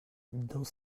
dans